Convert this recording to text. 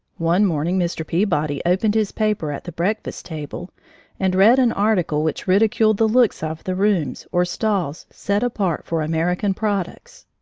one morning mr. peabody opened his paper at the breakfast table and read an article which ridiculed the looks of the rooms or stalls set apart for american products.